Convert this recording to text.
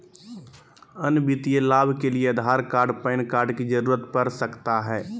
अन्य वित्तीय लाभ के लिए आधार कार्ड पैन कार्ड की जरूरत पड़ सकता है?